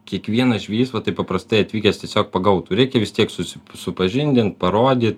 kiekvienas žvejys va taip paprastai atvykęs tiesiog pagautų reikia vis tiek susi supažindint parodyt